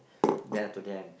ya to them